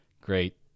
great